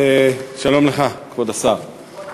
שלום לך, כבוד השר.